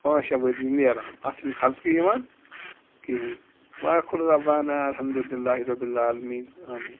پٲنٛژھ شےٚ ؤری نیران اَتھ چھُنہٕ خرچہٕ تہِ یِوان کِہیٖنۍ وآخُر دعوانا الحمدُ اللہِ رۄب العالمیٖن آمیٖن